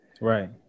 Right